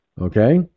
Okay